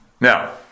now